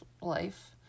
life